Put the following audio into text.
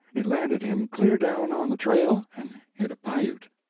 it landed him clear down on the train and hit a piute.